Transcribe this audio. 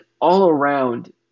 all-around